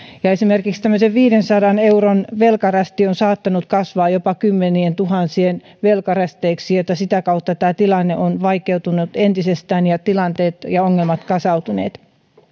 esimerkiksi tämmöinen viidensadan euron velkarästi on saattanut kasvaa jopa kymmenientuhansien velkarästeiksi ja sitä kautta tämä tilanne on vaikeutunut entisestään ja tilanteet ja ongelmat ovat kasautuneet